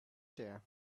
there